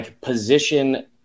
position